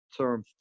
term